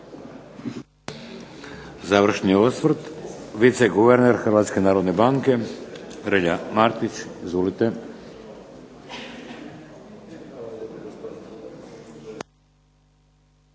Završni osvrt, viceguverner Hrvatske narodne banke Relja Martić. Izvolite.